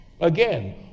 Again